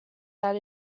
that